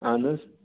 اہن حظ